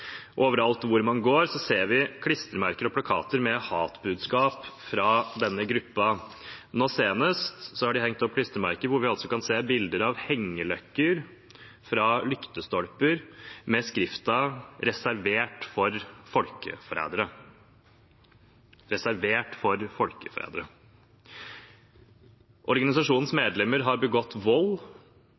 overalt hvor man går, ser vi klistremerker og plakater med hatbudskap fra denne gruppen. Nå senest har de hengt opp klistremerker hvor vi kan se bilder av hengeløkker fra lyktestolper med påskriften «reservert for folkeforrædere» – reservert for folkeforrædere. Organisasjonens medlemmer har begått vold,